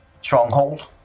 stronghold